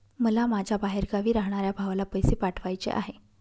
मला माझ्या बाहेरगावी राहणाऱ्या भावाला पैसे पाठवायचे आहे